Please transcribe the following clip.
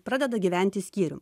pradeda gyventi skyrium